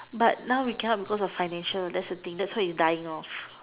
but now we cannot because of financial that's the thing that's why we dying off